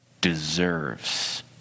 deserves